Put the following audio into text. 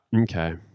Okay